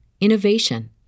innovation